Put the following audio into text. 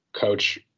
coach